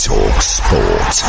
TalkSport